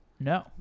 No